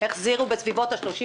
החזירו בסביבות 35,